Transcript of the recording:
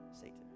Satan